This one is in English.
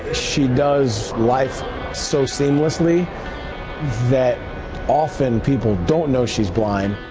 ah she does live so seamlessly that often people don't know she's blind.